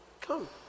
come